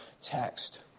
text